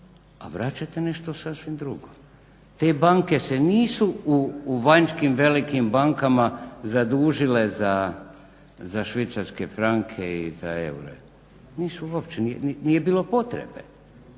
a vraćate nešto sasvim drugo. Te banke se nisu u vanjskih velikim bankama zadužile za švicarske franke i za eure, nisu uopće,